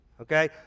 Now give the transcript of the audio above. okay